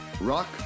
Rock